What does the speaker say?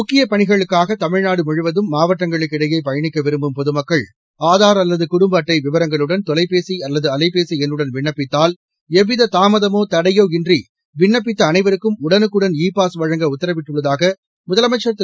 முக்கியப் பணிகளுக்காக தமிழ்நாடு முழுவதும் மாவட்டங்களுக்கு இடையே பயணிக்க விரும்பும் பொதுமக்கள் ஆதார் அல்லது குடும்ப அட்டை விவரங்களுடன் தொலைபேசி அல்லது அலைபேசி எண்ணுடன் விண்ணப்பித்தால் எவ்வித தாமதமோ தடையோ இன்றி விண்ணப்பித்த அனைவருக்கும் உடனுக்குடன் இ பாஸ் வழங்க உத்தரவிட்டுள்ளதாக முதலமைச்சர் திரு